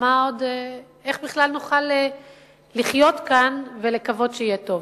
איך בכלל נוכל לחיות כאן ולקוות שיהיה טוב?